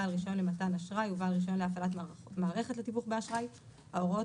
בעל רישיון למתן אשראי ובעל רישיון להפעלת מערכת לתיווך באשראי ההוראות